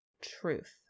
truth